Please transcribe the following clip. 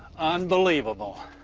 unbelievable.